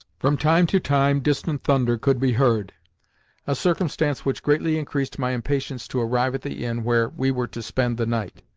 from time to time distant thunder could be heard a circumstance which greatly increased my impatience to arrive at the inn where we were to spend the night.